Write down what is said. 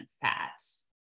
fats